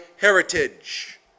heritage